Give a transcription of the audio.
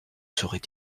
saurais